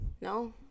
No